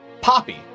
Poppy